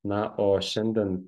na o šiandien